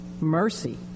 mercy